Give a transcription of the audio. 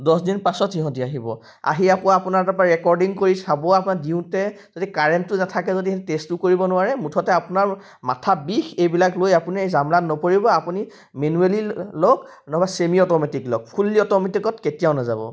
দছ দিন পাছত সিহঁতে আহিব আহি আকৌ আপোনাৰ তাৰপা ৰেকৰ্ডিং কৰি চাব আপোনাৰ দিওঁতে যদি কাৰেণ্টটো নাথাকে যদি সেই টেষ্টটো কৰিব নোৱাৰে মুঠতে আপোনাৰ মাথা বিষ এইবিলাক লৈ আপুনি জামেলাত নপৰিব আপুনি মেনুৱেলি লওক নাইবা চেমি অ'টোমেটিক লওক ফুল্লি অ'টোমেটিকত কেতিয়াও নাযাব